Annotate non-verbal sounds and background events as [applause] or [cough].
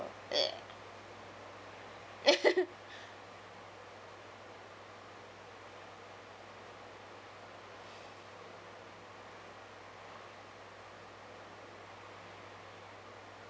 [noise] [laughs]